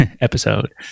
episode